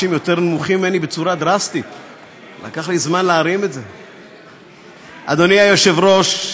אדוני היושב-ראש,